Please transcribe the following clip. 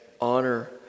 honor